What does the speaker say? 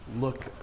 look